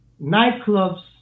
nightclubs